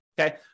okay